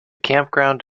campground